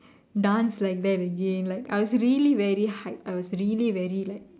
dance like that again like I was really very hyped I was really very like